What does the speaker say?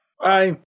Bye